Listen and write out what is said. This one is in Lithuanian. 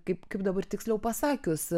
kaip kaip dabar tiksliau pasakius